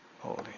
holy